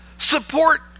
support